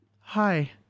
hi